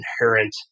inherent